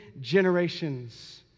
generations